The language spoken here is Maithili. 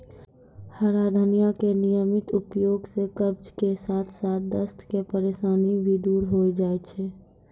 हरा धनिया के नियमित उपयोग सॅ कब्ज के साथॅ साथॅ दस्त के परेशानी भी दूर होय जाय छै